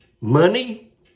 Money